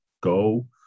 Go